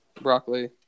broccoli